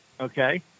Okay